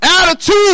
Attitude